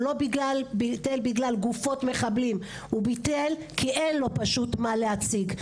לא בגלל גופות מחבלים; הוא ביטל כי פשוט אין לו מה להציג.